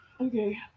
Okay